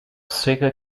sega